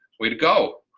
way to go!